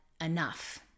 enough